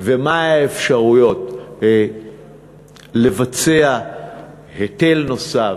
ומה הן האפשרויות לבצע היטל נוסף,